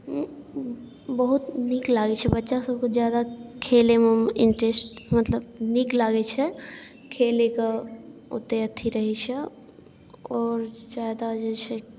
बहुत नीक लागै छै बच्चासभके ज्यादा खेलयमे इंटरेस्ट मतलब नीक लागै छै खेलैके ओतेक अथि रहै छै आओर ज्यादा जे छै